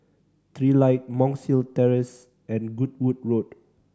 Trilight Monk's Hill Terrace and Goodwood Road